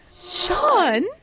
Sean